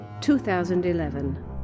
2011